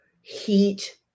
heat